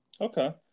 okay